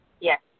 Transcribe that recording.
Yes